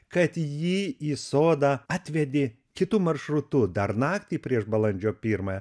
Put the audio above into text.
kad jį į sodą atvedė kitu maršrutu dar naktį prieš balandžio pirmąją